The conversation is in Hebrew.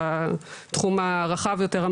בתחום הרחב יותר,